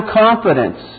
confidence